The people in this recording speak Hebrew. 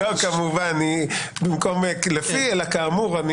לא, כמובן, במקום לפי אלא כאמור.